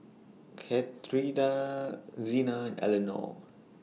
Katharina Xena Elenore